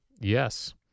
Yes